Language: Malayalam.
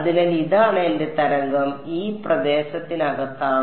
അതിനാൽ ഇതാണ് എന്റെ തരംഗം ഈ പ്രദേശത്തിനകത്താണ്